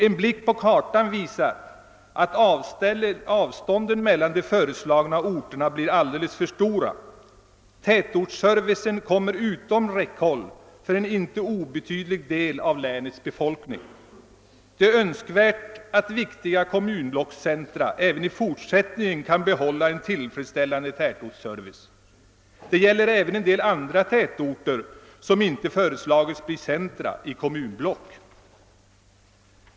En blick på kartan visar, att avstånden mellan de föreslagna orterna blir alldeles för stora. Tätortsservicen kommer utom räckhåll för en icke obetydlig del av länets befolkning. Det är önskvärt att viktiga kommunblockscentra även i fortsättningen kan behålla en tillfredsställande tätortsservice. Det gäller även en del andra tätorter som inte föreslagits bli centra i kommunblock.